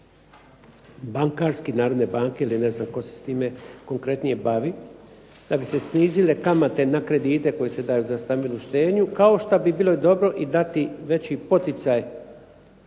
bankarski, "Narodne banke" ili ne znam tko se s time konkretnije bavi, da bi se snizile kamate na kredite koji se daju za stambenu štednju, kao šta bi bilo dobro i dati veći poticaj